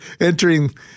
entering